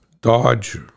dodge